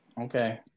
Okay